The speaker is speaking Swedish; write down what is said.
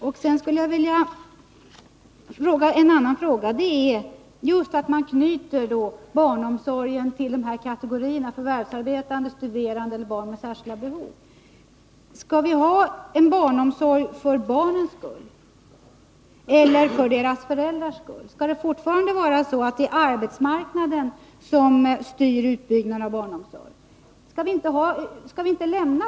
Jag skulle sedan vilja ställa en annan fråga som gäller det faktum att man knyter barnomsorgen till kategorierna förvärvsarbetande, studerande och barn med särskilda behov. Skall vi ha en barnomsorg för barnens skull eller för deras föräldrars skull? Skall det fortfarande vara så att det är arbetsmarknaden som styr utbyggnaden av barnomsorgen?